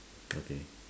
okay